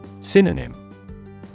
Synonym